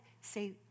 say